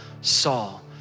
Saul